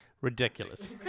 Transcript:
Ridiculous